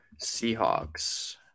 Seahawks